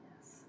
Yes